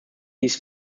dies